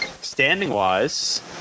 standing-wise